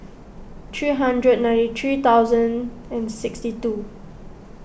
three hundred and ninety three thousand and sixty two